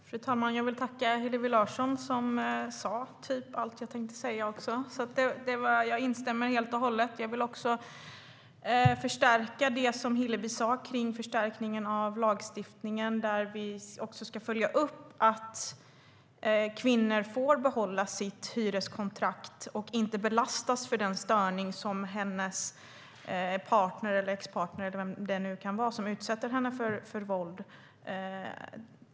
Fru talman! Jag vill tacka Hillevi Larsson, som sa typ allt jag hade tänkt säga. Jag instämmer helt och hållet. Jag vill betona det Hillevi sa om förstärkningen av lagstiftningen, där vi också ska följa upp att kvinnor får behålla sitt hyreskontrakt och inte belastas för den störning som hennes partner, expartner eller vem det nu kan vara som utsätter henne för våld utgör.